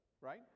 right